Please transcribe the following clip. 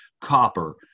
copper